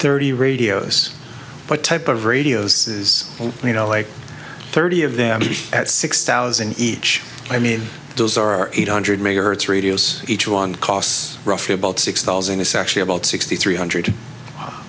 thirty radios what type of radios says you know like thirty of them at six thousand each i mean those are eight hundred megahertz radios each one costs roughly about six thousand it's actually about sixty three hundred